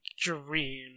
dream